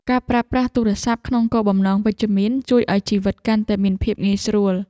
ការប្រើប្រាស់ទូរស័ព្ទក្នុងគោលបំណងវិជ្ជមាន ជួយឱ្យជីវិតកាន់តែមានភាពងាយស្រួល។